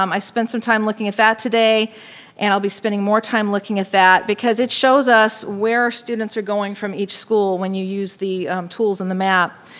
um i spent some time looking at that today and i'll be spending more time looking at that because it shows us where our students are going from each school when you use the tools in the map.